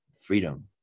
freedom